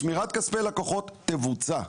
שמירת כספי לקוחות תבוצע.